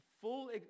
full